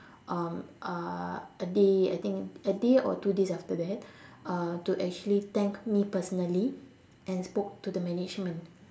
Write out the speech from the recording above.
um uh a day I think a day or two days after uh to actually thank me personally and spoke to the management